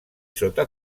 sota